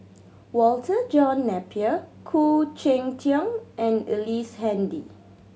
Walter John Napier Khoo Cheng Tiong and Ellice Handy